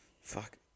Fuck